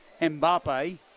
Mbappe